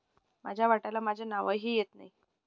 माझ्या वाट्याला माझे नावही येत नाही